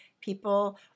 people